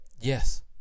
Yes